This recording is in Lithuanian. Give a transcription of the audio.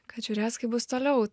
kad žiūrės kaip bus toliau